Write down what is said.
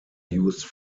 used